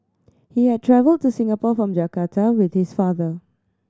he had travelled to Singapore from Jakarta with his father